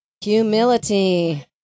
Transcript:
Humility